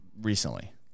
recently